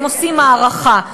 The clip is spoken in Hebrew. הם עושים הערכה.